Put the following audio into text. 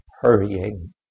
hurrying